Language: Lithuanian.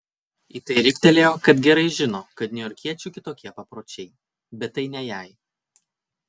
į tai riktelėjo kad gerai žino kad niujorkiečių kitokie papročiai bet tai ne jai